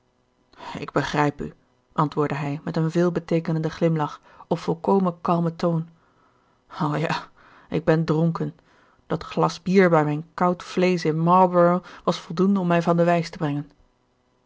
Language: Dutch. ik begrijp u antwoordde hij met een veelbeteekenenden glimlach op volkomen kalmen toon o ja ik ben dronken dat glas bier bij mijn koud vleesch in marlborough was voldoende om mij van de wijs te brengen